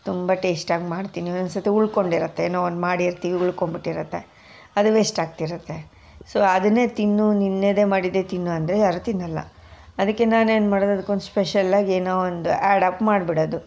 ತುಂಬ ಟೇಶ್ಟಾಗಿ ಮಾಡ್ತೀನಿ ಒಂದೊಂದು ಸರ್ತಿ ಉಳ್ಕೊಂಡಿರುತ್ತೆ ಏನೋ ಒಂದು ಮಾಡಿರ್ತೀವಿ ಉಳ್ಕೊಂಬಿಟ್ಟಿರುತ್ತೆ ಅದು ವೇಶ್ಟ್ ಆಗ್ತಿರುತ್ತೆ ಸೊ ಅದನ್ನೇ ತಿನ್ನು ನಿನ್ನೆಯದೇ ಮಾಡಿದ್ದೇ ತಿನ್ನು ಅಂದರೆ ಯಾರೂ ತಿನ್ನೋಲ್ಲ ಅದಕ್ಕೆ ನಾನು ಏನು ಮಾಡೋದು ಅದಕ್ಕೊಂದು ಸ್ಪೆಷಲ್ ಆಗಿ ಏನೋ ಒಂದು ಆ್ಯಡ್ ಅಪ್ ಮಾಡಿಬಿಡೋದು